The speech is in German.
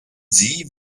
sie